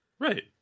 Right